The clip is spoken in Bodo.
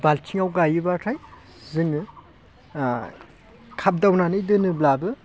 बाल्थिङाव गायोबाथाय जोङो खागदावनानै दोनोब्लाबो